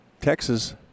Texas